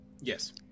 Yes